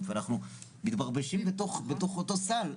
בריאות ואנחנו מתבחבשים בתוך אותו סל,